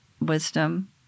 wisdom